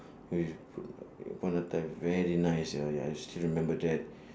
!oi! that point of time very nice ah ya I still remember that